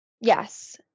Yes